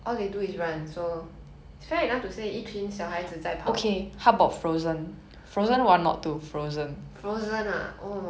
frozen ah oh !wow! 大姐救小妹用冰